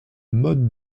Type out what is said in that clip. mode